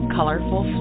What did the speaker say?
Colorful